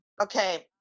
Okay